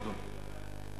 אדוני.